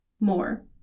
More